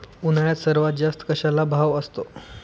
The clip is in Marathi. उन्हाळ्यात सर्वात जास्त कशाला भाव असतो?